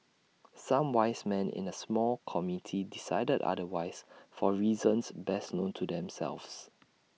some wise men in A small committee decided otherwise for reasons best known to themselves